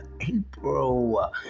April